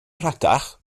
rhatach